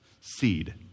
seed